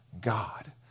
God